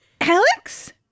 Alex